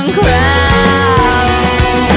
crowd